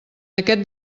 aquest